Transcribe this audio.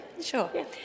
sure